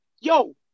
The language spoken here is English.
Yo